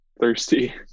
thirsty